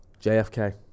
JFK